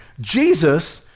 Jesus